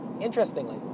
interestingly